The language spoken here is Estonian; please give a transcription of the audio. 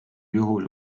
juhul